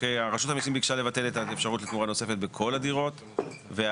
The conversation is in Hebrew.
רשות המיסים ביקשה לבטל את האפשרות לתמורה נוספת בכל הדירות והוועדה